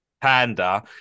panda